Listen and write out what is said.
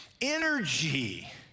energy